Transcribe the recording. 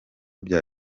bya